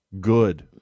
Good